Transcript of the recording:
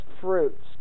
fruits